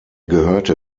gehörte